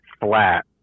flat